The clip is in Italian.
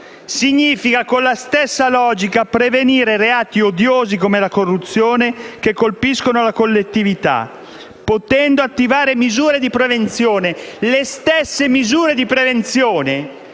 Significa con la stessa logica prevenire reati odiosi, come la corruzione, che colpiscono la collettività, potendo attivare misure di prevenzione, quelle stesse misure di prevenzione